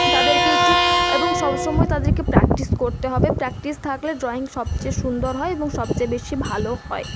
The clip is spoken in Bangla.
এবং তাদেরকে একটু এবং সবসময় তাদেরকে প্র্যাক্টিস করতে হবে প্র্যাক্টিস থাকলে ড্রয়িং সবচেয়ে সুন্দর হয় এবং সবচেয়ে বেশী ভালো হয়